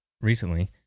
recently